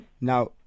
Now